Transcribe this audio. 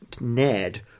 Ned